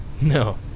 no